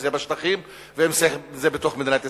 אם בשטחים ואם בתוך מדינת ישראל.